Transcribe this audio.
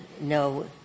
no –